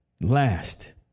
Last